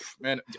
man